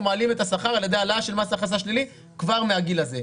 אנחנו מעלים תא השכר על ידי העלאה של מס הכנסה שלילי כבר מהגיל הזה.